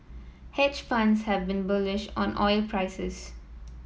hedge funds have been bullish on oil prices